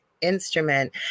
instrument